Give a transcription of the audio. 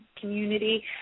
community